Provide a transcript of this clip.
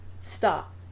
stop